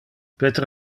peter